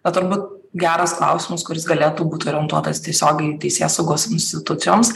bet turbūt geras klausimas kuris galėtų būt garantuotas tiesiogiai teisėsaugos institucijoms